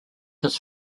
his